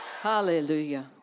Hallelujah